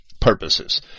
purposes